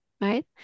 Right